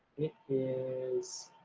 it is,